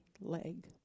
leg